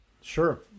Sure